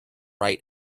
right